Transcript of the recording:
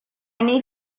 need